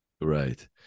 Right